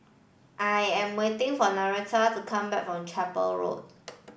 I am waiting for Nannette to come back from Chapel Road